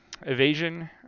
evasion